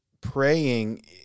praying